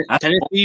Tennessee